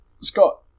Scott